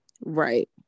Right